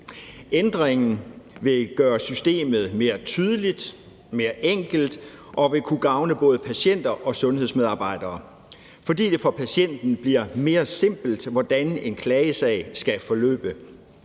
Ændringen vil gøre systemet mere tydeligt, mere enkelt, og vil kunne gavne både patienter og sundhedsmedarbejdere, fordi det for patienten bliver mere simpelt, hvordan en klagesag skal forløbe.